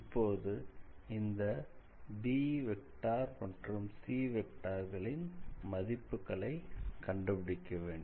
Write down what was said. இப்போது இந்த bமற்றும் c வெக்டார்களின் மதிப்புகளை கண்டுபிடிக்க வேண்டும்